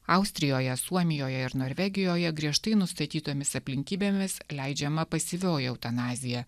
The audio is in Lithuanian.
austrijoje suomijoje ir norvegijoje griežtai nustatytomis aplinkybėmis leidžiama pasyvioji eutanazija